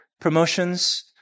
promotions